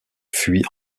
fuit